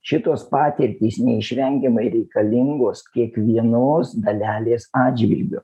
šitos patirtys neišvengiamai reikalingos kiekvienos dalelės atžvilgiu